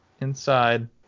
inside